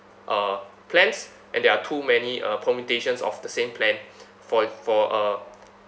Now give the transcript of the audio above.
uh plans and there are too many uh permutation of the same plan for for uh